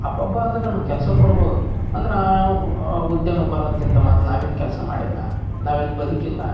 ಅಬ್ಬಬ್ಬಾ ಅಂದ್ರೆ ನಮಗೆ ಕೆಲಸ ಕೊಡ್ಬೋದು ಅಂದ್ರೆ ಉದ್ಯಮ ಬರೋದ್ಕಿಂತ ಮೊದ್ಲು ನಾವೇನು ಕೆಲಸ ಮಾಡಿಲ್ಲ ನಾವೇನು ಬದುಕಿಲ್ಲ